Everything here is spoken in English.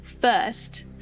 first